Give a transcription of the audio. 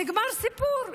נגמר הסיפור.